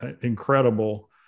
incredible